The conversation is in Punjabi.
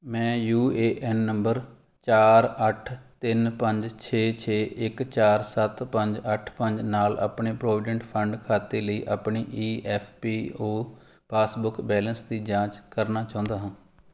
ਮੈਂ ਯੂ ਏ ਐੱਨ ਨੰਬਰ ਚਾਰ ਅੱਠ ਤਿੰਨ ਪੰਜ ਛੇ ਛੇ ਇੱਕ ਚਾਰ ਸੱਤ ਪੰਜ ਅੱਠ ਪੰਜ ਨਾਲ ਆਪਣੇ ਪ੍ਰੋਵੀਡੈਂਟ ਫੰਡ ਖਾਤੇ ਲਈ ਆਪਣੀ E F P O passbook balance ਦੀ ਜਾਂਚ ਕਰਨਾ ਚਾਹੁੰਦਾ ਹਾਂ